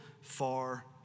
far